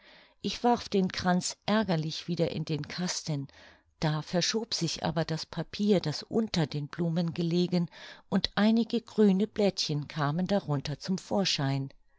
ich warf den kranz ärgerlich wieder in den kasten da verschob sich aber das papier das unter den blumen gelegen und einige grüne blättchen kamen darunter zum vorschein